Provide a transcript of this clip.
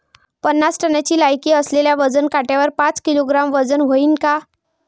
पन्नास टनची लायकी असलेल्या वजन काट्यावर पाच किलोग्रॅमचं वजन व्हईन का?